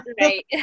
Right